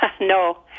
No